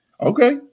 Okay